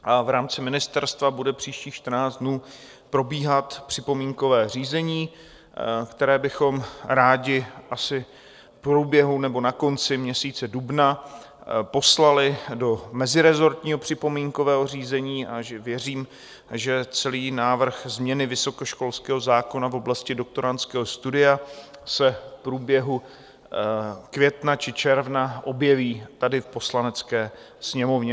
V rámci ministerstva bude příštích čtrnáct dnů probíhat připomínkové řízení, které bychom rádi asi v průběhu nebo na konci měsíce dubna poslali do mezirezortního připomínkového řízení a věřím, že celý návrh změny vysokoškolského zákona v oblasti doktorandského studia se v průběhu května či června objeví na programu tady v Poslanecké sněmovně.